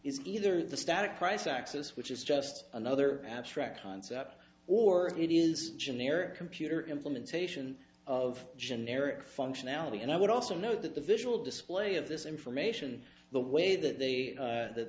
is either the static price access which is just another abstract concept or it is generic computer in for station of generic functionality and i would also note that the visual display of this information the way that they that